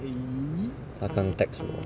她刚 text 我